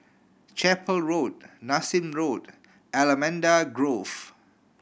Chapel Road Nassim Road Allamanda Grove